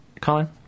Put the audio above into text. Colin